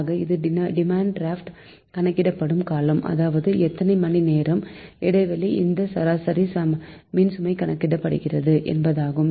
ஆக இது டிமாண்ட் கணக்கிடப்படும் காலம் அதாவது எத்தனை மணி நேரம் இடைவெளியில் இந்த சராசரி மின்சுமை கணக்கிடப்பட்டது என்பதாகும்